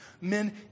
Men